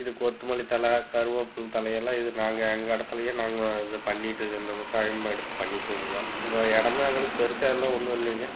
இது கொத்துமல்லித்தழை கருவேப்பில தழையெல்லாம் இது நாங்க எங்கள் இடத்துலையே நாங்கள் வந்து பண்ணிட்டு இரு இந்த விவசாயம் எடுத்து பண்ணிக்குவோமுங்க இடமும் எங்களுக்கு பெருசாலாம் ஒன்றும் இல்லைங்க